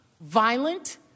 violent